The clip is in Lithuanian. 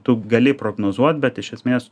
tu gali prognozuot bet iš esmės